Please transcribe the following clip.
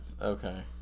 Okay